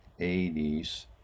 80s